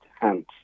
hands